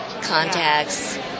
contacts